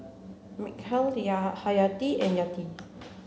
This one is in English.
Mikhail Hayati and Yati